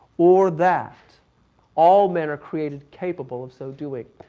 or that all men are created capable of so doing.